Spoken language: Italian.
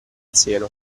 seno